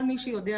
כל מי שיודע,